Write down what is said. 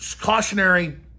cautionary